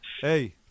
Hey